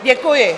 Děkuji.